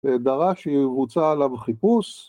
‫דרש שיבוצע עליו חיפוש.